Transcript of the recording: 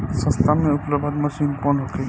सस्ता में उपलब्ध मशीन कौन होखे?